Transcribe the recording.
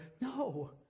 No